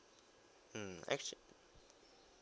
mm actually